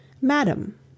Madam